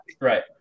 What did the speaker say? Right